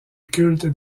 culte